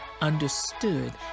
understood